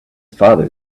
father